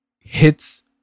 Hits